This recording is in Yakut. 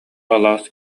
алаас